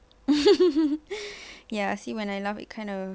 ya see when I laugh it kind of